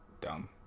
dumb